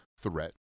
threat